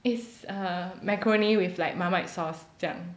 is err macaroni with light marmite sauce 这样